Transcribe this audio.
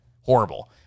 horrible